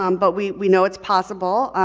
um but we we know it's possible.